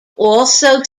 also